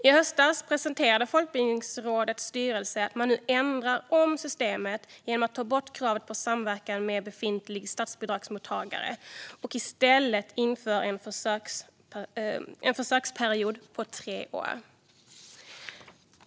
I höstas presenterade Folkbildningsrådets styrelse att man ändrar om systemet genom att ta bort kravet på samverkan med befintlig statsbidragsmottagare och i stället införa en försöksperiod på tre år.